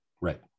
Right